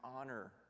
honor